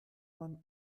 man